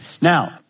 Now